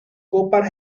copa